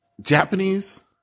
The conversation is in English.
Japanese